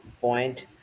point